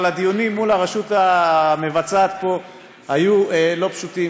אבל הדיונים מול הרשות המבצעת פה היו לא פשוטים,